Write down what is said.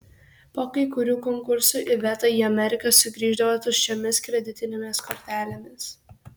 po kai kurių konkursų iveta į ameriką sugrįždavo tuščiomis kreditinėmis kortelėmis